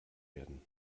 werden